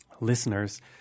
listeners